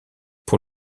pour